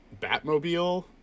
Batmobile